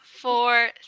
four